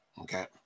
okay